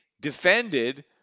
defended